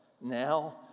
Now